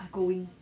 are going